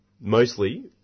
mostly